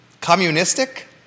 communistic